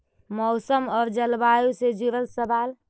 मौसम और जलवायु से जुड़ल सवाल?